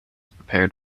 prepared